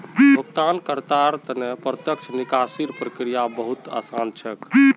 भुगतानकर्तार त न प्रत्यक्ष निकासीर प्रक्रिया बहु त आसान छेक